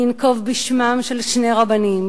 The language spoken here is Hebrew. אני אנקוב בשמותיהם של שני רבנים,